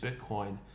Bitcoin